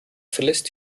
verlässt